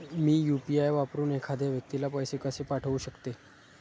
मी UPI वापरून एखाद्या व्यक्तीला पैसे कसे पाठवू शकते?